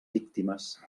víctimes